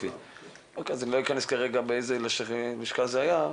אוקיי, אז אני לא אכנס כרגע באיזה לשכה זה היה.